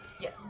Yes